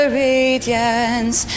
radiance